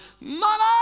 Mother